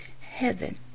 heaven